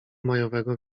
majowego